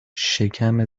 شکم